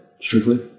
Strictly